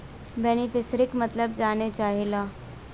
बेनिफिसरीक मतलब जाने चाहीला?